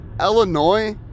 Illinois